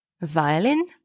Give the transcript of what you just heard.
violin